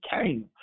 came